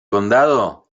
condado